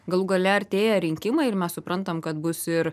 galų gale artėja rinkimai ir mes suprantam kad bus ir